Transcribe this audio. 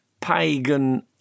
pagan